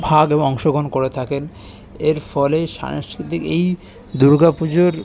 ভাগ এবং অংশগ্রহণ করে থাকেন এর ফলে সাংস্কৃতিক এই দুর্গা পুজোর